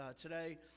today